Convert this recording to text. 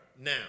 Now